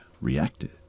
reacted